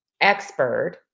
expert